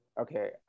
Okay